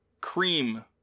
cream